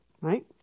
right